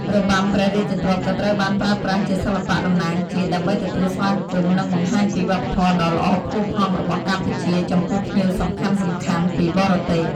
របាំព្រះរាជទ្រព្យក៏ត្រូវបានប្រើប្រាស់ជាសិល្បៈតំណាងជាតិ ដើម្បីទទួលស្វាគមន៍ និងបង្ហាញពីវប្បធម៌ដ៏ល្អផូរផង់របស់កម្ពុជាចំពោះភ្ញៀវសំខាន់ៗពីបរទេស។